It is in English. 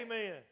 Amen